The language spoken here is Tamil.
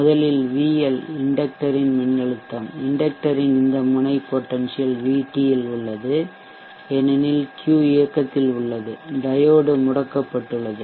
முதலில் VL இண்டெக்ட்டரின் மின்னழுத்தம் இண்டெக்ட்டரின் இந்த முனை பொட்டென்சியல் VT இல் உள்ளது ஏனெனில் Q இயக்கத்தில் உள்ளது டையோடு முடக்கப்பட்டுள்ளது